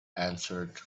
answered